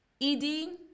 ed